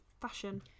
Fashion